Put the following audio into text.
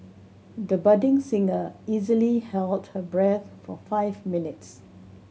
the budding singer easily held her breath for five minutes